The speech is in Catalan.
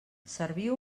serviu